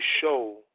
show